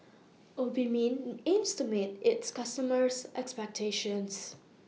Obimin aims to meet its customers' expectations